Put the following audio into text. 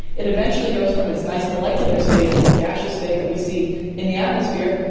it eventually goes from its nice molecular state, this gaseous state that we see in the atmosphere,